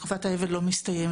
תקופת האבל לא מסתיימת.